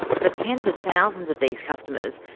for tens of thousands of these customers,